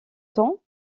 temps